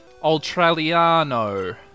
Ultraliano